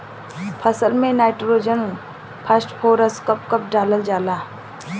फसल में nitrogen phosphorus कब कब डालल जाला?